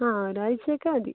ആ ഒരാഴ്ച്ചയൊക്കെ മതി